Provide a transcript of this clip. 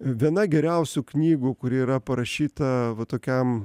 viena geriausių knygų kuri yra parašyta va tokiam